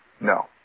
No